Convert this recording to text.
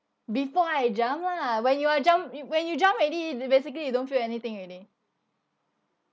before I jump lah when you are jump wh~ when you jump already ba~ basically you don't feel anything already